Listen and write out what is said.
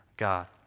God